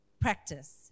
practice